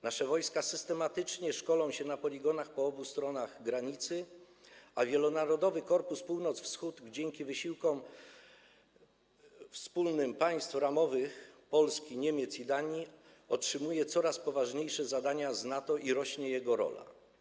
Nasze wojska systematycznie szkolą się na poligonach po obu stronach granicy, a Wielonarodowy Korpus Północ-Wschód dzięki wspólnym wysiłkom państw ramowych, Polski, Niemiec i Danii, otrzymuje coraz poważniejsze zadania NATO-wskie i rośnie jego rola.